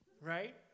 right